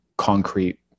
concrete